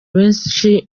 benshi